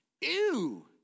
Ew